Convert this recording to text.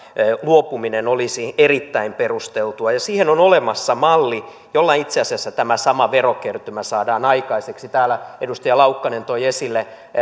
luopuminen olisi erittäin perusteltua ja siihen on olemassa malli jolla itse asiassa tämä sama verokertymä saadaan aikaiseksi täällä edustaja laukkanen toi esille